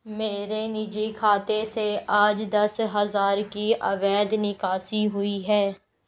मेरे निजी खाते से आज दस हजार की अवैध निकासी हुई है